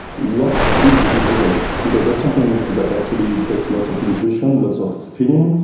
what is a good result. because that's something that actually takes lots of intuition, lots of feeling.